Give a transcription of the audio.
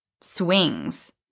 swings